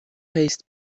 paste